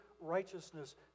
righteousness